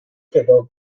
table